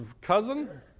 cousin